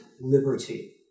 liberty